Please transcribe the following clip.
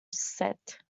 said